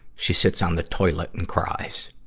she sits on the toilet and cries.